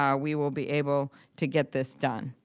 um we will be able to get this done.